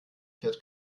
fährt